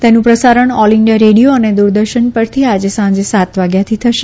તેનું પ્રસારણ All India Radio અને દુરદર્શન પરથી આજે સાંજે સાત વાગ્યાથી થશે